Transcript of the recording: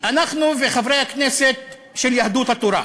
אנחנו וחברי הכנסת של יהדות התורה,